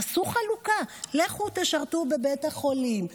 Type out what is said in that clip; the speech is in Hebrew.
תעשו חלוקה: לכו תשרתו בבית החולים,